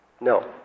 No